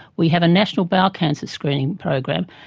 we have a national bowel cancer screening program,